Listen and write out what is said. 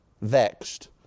vexed